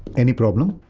any problem?